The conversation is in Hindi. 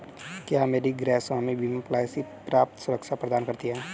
क्या मेरी गृहस्वामी बीमा पॉलिसी पर्याप्त सुरक्षा प्रदान करती है?